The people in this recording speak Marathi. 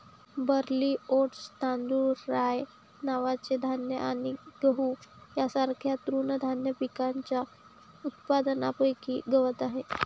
बार्ली, ओट्स, तांदूळ, राय नावाचे धान्य आणि गहू यांसारख्या तृणधान्य पिकांच्या उत्पादनापैकी गवत आहे